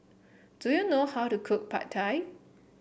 do you know how to cook Pad Thai